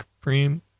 cream